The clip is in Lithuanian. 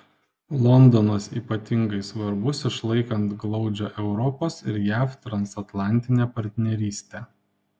londonas ypatingai svarbus išlaikant glaudžią europos ir jav transatlantinę partnerystę